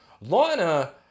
Lana